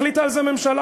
החליטה על זה ממשלה,